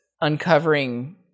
uncovering